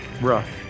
rough